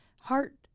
heart